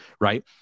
Right